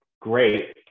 great